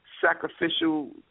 sacrificial